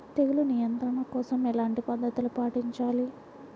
తెగులు నియంత్రణ కోసం ఎలాంటి పద్ధతులు పాటించాలి?